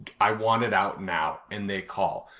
i want it out now, and they call.